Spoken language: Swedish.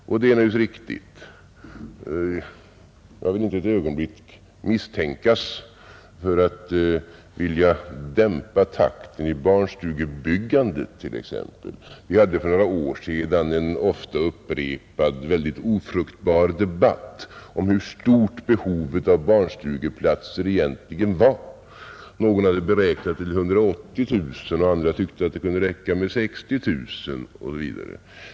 Det är naturligtvis riktigt. Jag vill inte ett ögonblick misstänkas för att vilja dämpa takten i barnstugebyggandet t.ex. Vi hade för några år sedan en ofta upprepad, väldigt ofruktbar debatt om hur stort behovet av barnstugeplatser egentligen var. Någon hade beräknat det till 180 000 och andra tyckte att det kunde räcka med 60 000 osv.